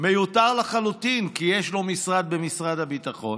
מיותר לחלוטין כי יש לו משרד במשרד הביטחון,